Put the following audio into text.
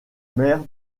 maire